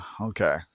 Okay